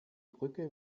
brücke